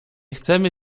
chcemy